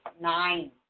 nine